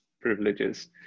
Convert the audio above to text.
privileges